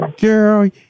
Girl